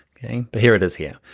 okay, but here it is here.